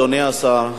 אדוני השר,